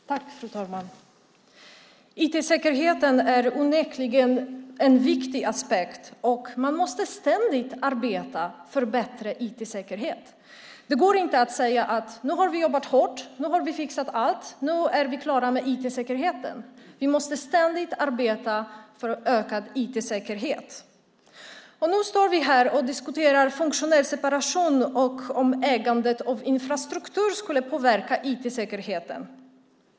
Fru talman! IT-säkerheten är onekligen en viktig aspekt, och man måste ständigt arbeta för bättre IT-säkerhet. Det går inte att säga att vi nu har jobbat hårt, att vi nu har fixat allt och att vi nu är klara med IT-säkerheten. Vi måste ständigt arbeta för ökad IT-säkerhet. Nu står vi här och diskuterar funktionell separation och om ägande av infrastruktur skulle påverka IT-säkerheten.